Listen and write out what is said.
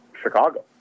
Chicago